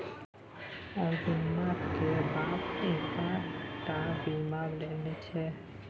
अर्जुनमा केर बाप कएक टा बीमा लेने छै